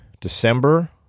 December